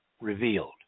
revealed